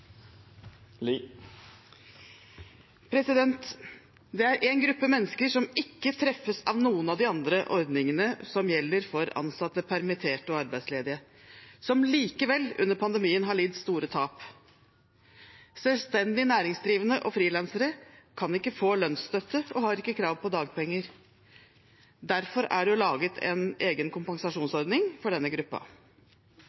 minutt. Det er en gruppe mennesker som ikke treffes av noen av de andre ordningene som gjelder for ansatte, permitterte og arbeidsledige, som likevel har lidd store tap under pandemien. Selvstendig næringsdrivende og frilansere kan ikke få lønnsstøtte og har ikke krav på dagpenger. Derfor er det laget en egen